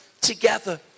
together